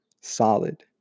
solid